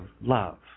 love